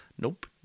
Nope